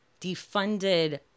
defunded